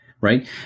right